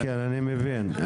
אני מבין.